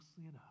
enough